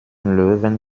löwen